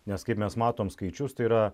nes kaip mes matom skaičius tai yra